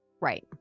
right